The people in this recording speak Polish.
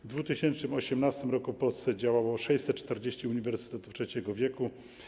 W 2018 r. w Polsce działało 640 uniwersytetów trzeciego wieku.